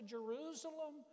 Jerusalem